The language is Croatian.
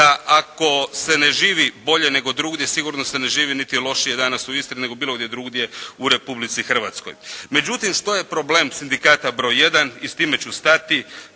da ako se ne živi bolje nego drugdje sigurno se ne živi niti lošije danas u Istri nego bilo gdje drugdje u Republici Hrvatskoj. Međutim, što je problem sindikata broj jedan i s time ću stati.